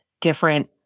different